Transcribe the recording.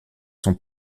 sont